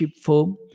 firm